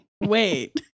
Wait